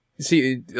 see